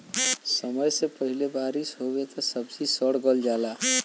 समय से पहिले बारिस होवे पर सब्जी सड़ गल जाला